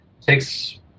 Takes